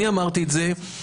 אני אמרתי את זה,